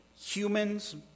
humans